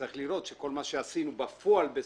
צריך לראות שכל מה שעשינו קיים בפועל.